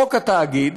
חוק התאגיד